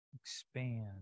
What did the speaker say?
expand